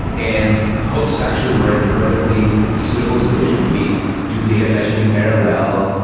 and hooks actually were an incredibly suitable solution. we do data fetching in parallel.